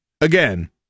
again